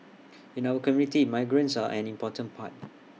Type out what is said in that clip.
in our community migrants are an important part